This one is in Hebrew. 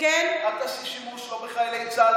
אל תעשי שימוש לא בחיילי צה"ל,